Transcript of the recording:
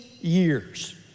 years